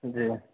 جی